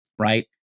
right